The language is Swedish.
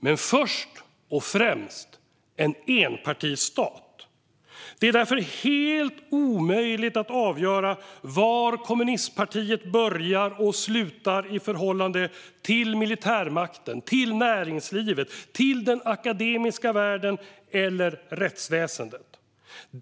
Men först och främst är det en enpartistat. Det är därför helt omöjligt att avgöra var kommunistpartiet börjar och slutar i förhållande till militärmakten, näringslivet, den akademiska världen eller rättsväsendet.